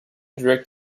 direct